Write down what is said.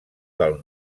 del